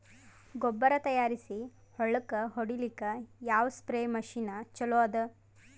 ಗೊಬ್ಬರ ತಯಾರಿಸಿ ಹೊಳ್ಳಕ ಹೊಡೇಲ್ಲಿಕ ಯಾವ ಸ್ಪ್ರಯ್ ಮಷಿನ್ ಚಲೋ ಅದ?